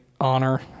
honor